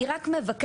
אני רק מבקשת,